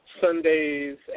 Sundays